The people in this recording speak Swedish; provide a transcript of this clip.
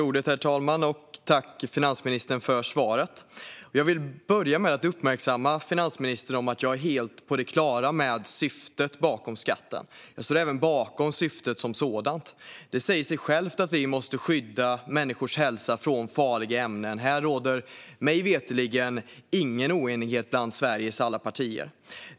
Herr talman! Tack, finansministern, för svaret! Jag vill börja med att uppmärksamma finansministern på att jag är helt på det klara med syftet bakom skatten. Jag står även bakom syftet som sådant. Det säger sig självt att vi måste skydda människors hälsa från farliga ämnen. Här råder mig veterligen ingen oenighet bland Sveriges alla partier.